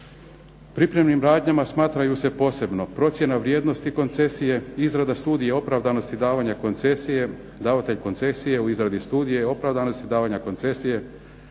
Pripremnim radnjama smatraju se posebno procjena vrijednosti koncesije, izrada studije opravdanosti i davanja koncesije, davatelj koncesije u izradi studije opravdanosti davanja koncesije,